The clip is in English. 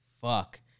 Fuck